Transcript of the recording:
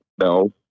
No